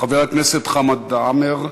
חבר הכנסת חמד עאמֵר.